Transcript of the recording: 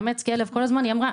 לאמץ כלב כל הזמן היא אמרה,